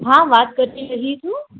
હા વાત કરી રહી છું